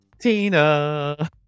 Tina